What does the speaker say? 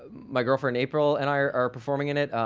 my girlfriend, april, and i are performing in it.